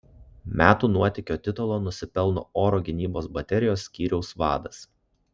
metų nuotykio titulo nusipelno oro gynybos baterijos skyriaus vadas